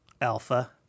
Alpha